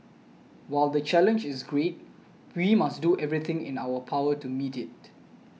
while the challenge is great we must do everything in our power to meet it